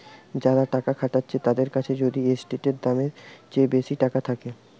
যারা টাকা খাটাচ্ছে তাদের কাছে যদি এসেটের দামের চেয়ে বেশি টাকা থাকে